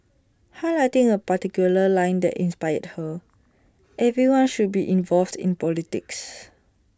highlighting A particular line that inspired her everyone should be involved in politics